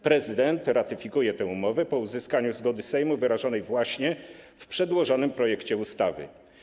Prezydent ratyfikuję tę umowę po uzyskaniu zgody Sejmu wyrażonej w przedłożonym projekcie ustawy.